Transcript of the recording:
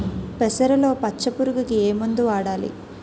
పెసరలో పచ్చ పురుగుకి ఏ మందు వాడాలి?